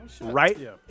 right